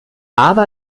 aber